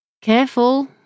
Careful